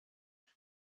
what